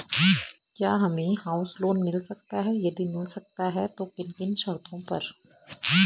क्या हमें house loan मिल सकता है यदि मिल सकता है तो किन किन शर्तों पर?